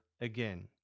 again